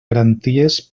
garanties